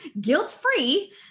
guilt-free